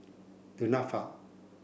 Du Nanfa